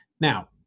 Now